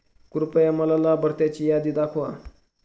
कृपया मला लाभार्थ्यांची यादी दाखवा